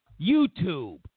YouTube